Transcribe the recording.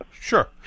sure